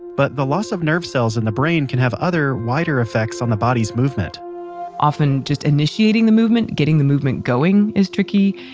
but the loss of nerve cells in the brain can have other, wider effects on the body's movement often just initiating the movement, getting the movement going is tricky,